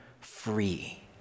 free